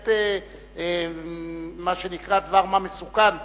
בהחלט מה שנקרא דבר-מה מסוכן,